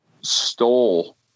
stole